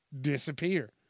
disappear